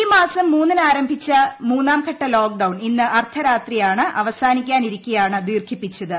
ഈ മാസം മൂന്നിന് ആരംഭിച്ച മൂന്നാംഘട്ട ലോക്ഡൌൺ ഇന്ന് അർദ്ധരാത്രിയാണ് അവവസാനിക്കാനിരിക്കെയാണ് ദീർഘിപ്പിച്ചത്